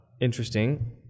interesting